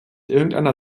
irgendeiner